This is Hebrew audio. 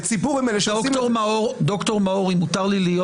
ד"ר מאור, אם מותר לי,